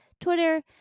twitter